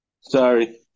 Sorry